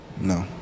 No